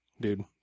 dude